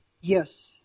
Yes